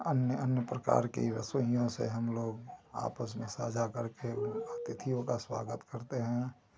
अन्य अन्य प्रकार की रसोइयों से हम लोग आपस में साझा करके हम लोग अतिथियों का स्वागत करते हैं